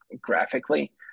graphically